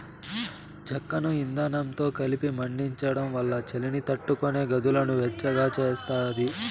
చెక్కను ఇందనంతో కలిపి మండించడం వల్ల చలిని తట్టుకొని గదులను వెచ్చగా చేస్తాది